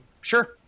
sure